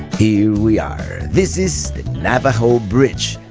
here we are. this is the navajo bridge,